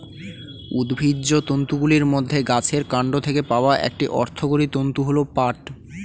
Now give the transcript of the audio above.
উদ্ভিজ্জ তন্তুগুলির মধ্যে গাছের কান্ড থেকে পাওয়া একটি অর্থকরী তন্তু হল পাট